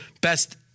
best